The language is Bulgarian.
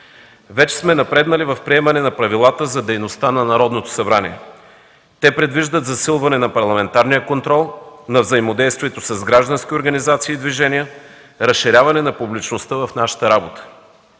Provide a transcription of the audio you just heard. Вече сме напреднали в приемане на Правилата за дейността на Народното събрание. Те предвиждат засилване на парламентарния контрол, на взаимодействието с граждански организации и движения, разширяване на публичността в нашата работа.